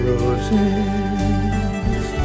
Roses